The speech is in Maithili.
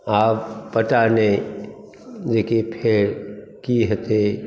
आब पता नहि जे कि फेर की हेतै